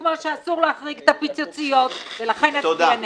כמו שאסור להחריג את הפיצוציות, ולכן אצביע נגד.